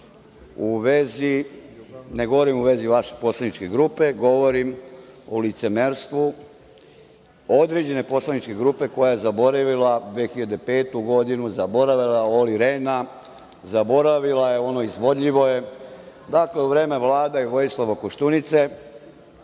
ne govorim u vezi vaše poslaničke grupe, govorim o licemerstvu, određene poslaničke grupe koja je zaboravila 2005. godinu, zaboravila Oli Rena, zaboravila ono – izvodljivo je, dakle u vreme Vlade Vojislava Koštunice,